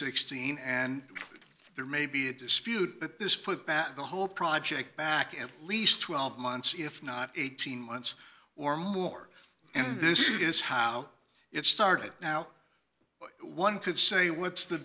sixteen and there may be a dispute but this put back the whole project back at least twelve months if not eighteen months or more and this is how it started now one could say what's the